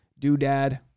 doodad